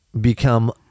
become